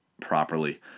properly